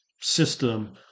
system